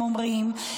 הם אומרים,